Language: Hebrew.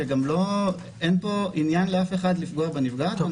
שגם אין בו עניין לאף אחד לפגוע בנפגעת.